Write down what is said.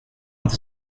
inte